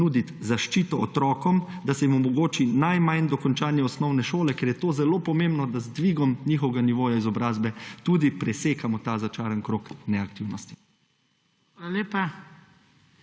nuditi zaščito otrokom, da se jim omogoči najmanj dokončanje osnovne šole, ker je to zelo pomembno, da z dvigom njihovega nivoja izobrazbe tudi presekamo ta začaran krog neaktivnosti.